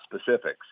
specifics